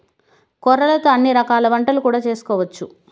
కొర్రలతో అన్ని రకాల వంటలు కూడా చేసుకోవచ్చు